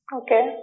Okay